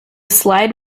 slide